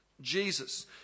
jesus